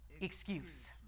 excuse